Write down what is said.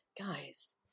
guys